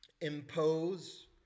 impose